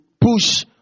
push